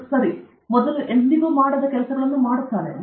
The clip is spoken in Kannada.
ಒಬ್ಬ ಸೃಜನಾತ್ಮಕ ವ್ಯಕ್ತಿಯು ಸರಿ ಮೊದಲು ಎಂದಿಗೂ ಮಾಡದ ಕೆಲಸಗಳನ್ನು ಮಾಡುತ್ತಾನೆ